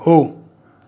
हो